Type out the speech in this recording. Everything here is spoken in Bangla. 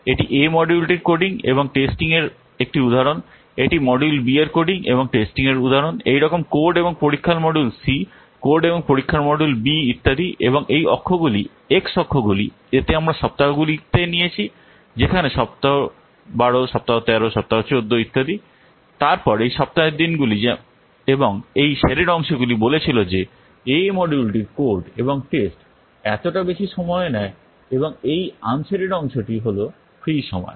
এটি A মডিউলটির কোডিং এবং টেস্টিং এর একটি উদাহরণ এটা মডিউল B এর কোডিং এবং টেস্টিং এর উদাহরণ এই রকম কোড এবং পরীক্ষার মডিউল C কোড এবং পরীক্ষার মডিউল B ইত্যাদি এবং এই অক্ষগুলি এক্স অক্ষগুলি এতে আমরা সপ্তাহগুলিতে নিয়েছি যেখানে সপ্তাহ 12 সপ্তাহ 13 সপ্তাহ 14 ইত্যাদি তারপর এই সপ্তাহের দিনগুলি এবং এই শেডেড অংশগুলি বলেছিল যে A মডিউলটির কোড এবং টেস্ট এতটা বেশি সময় নেয় এবং এই আনশেডেড অংশটি হল ফ্রী সময়